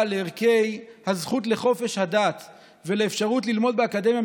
אבל לערך הזכות לחופש הדת ולאפשרות ללמוד באקדמיה,